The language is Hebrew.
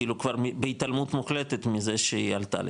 כאילו כבר בהתעלמות מוחלטת מזה שהיא עלתה לפה,